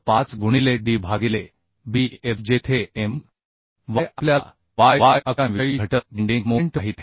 5 गुणिले d भागिले B f जेथे My आपल्याला y y अक्षांविषयी घटक बेंडिंग मोमेंट माहित आहे